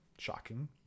shocking